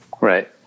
Right